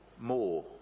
More